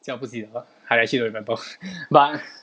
真的不记得 I actually don't remember but